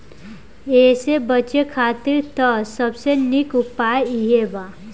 एसे बचे खातिर त सबसे निक उपाय इहे बा